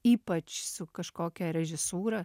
ypač su kažkokia režisūra